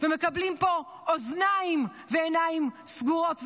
ומקבלים פה אוזניים ועיניים סגורות ואטומות?